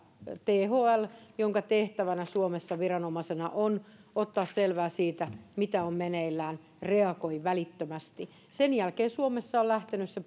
thl jonka tehtävänä suomessa viranomaisena on ottaa selvää siitä mitä on meneillään reagoi välittömästi sen jälkeen suomessa on lähtenyt se